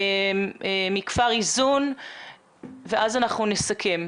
מכפר איזון ואז אנחנו נסכם.